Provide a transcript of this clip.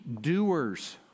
doers